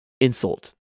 insult